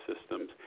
systems